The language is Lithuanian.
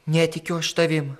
netikiu aš tavim